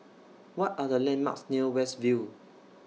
What Are The landmarks near West View